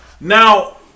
Now